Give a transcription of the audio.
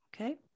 Okay